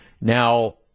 Now